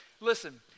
Listen